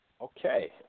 Okay